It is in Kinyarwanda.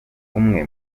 umwe